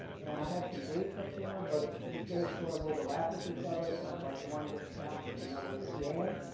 and i have some dates up there, but these dates sort of overlap with each other. it's not like one just stopped and another began.